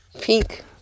Pink